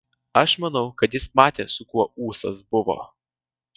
aš manau kad jis matė su kuo ūsas buvo